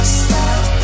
stop